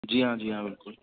جی ہاں جی ہاں بالکل